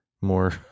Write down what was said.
more